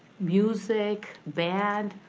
music, band,